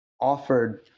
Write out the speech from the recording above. offered